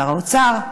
שר האוצר,